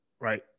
right